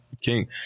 King